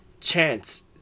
Chance